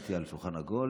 הודעתי על שולחן עגול,